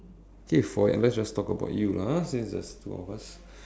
okay for let's just talk about you lah ha since there is two of us